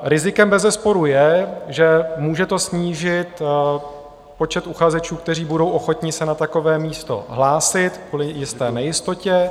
Rizikem bezesporu je, že může to snížit počet uchazečů, kteří budou ochotni se na takové místo hlásit kvůli jisté nejistotě.